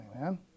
man